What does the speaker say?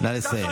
נא לסיים.